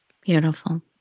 Beautiful